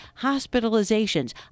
hospitalizations